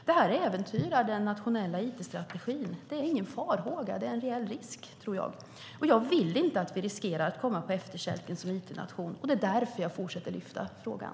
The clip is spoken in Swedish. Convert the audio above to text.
Det här äventyrar den nationella it-strategin. Det är ingen farhåga. Det är en reell risk, tror jag, och jag vill inte att vi riskerar att hamna på efterkälken som it-nation. Det är därför som jag fortsätter att lyfta fram frågan.